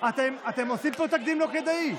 אתם עושים פה תקדים לא כדאי.